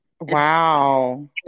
Wow